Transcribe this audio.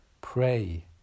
Pray